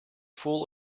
full